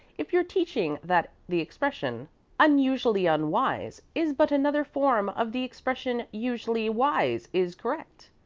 if your teaching that the expression unusually unwise is but another form of the expression usually wise is correct.